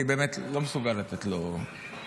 אני באמת לא מסוגל לתת לו תשובה.